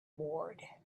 ward